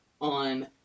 on